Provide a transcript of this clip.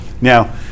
now